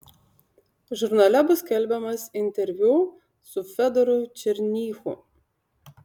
žurnale bus skelbiamas interviu su fedoru černychu